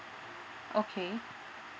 okay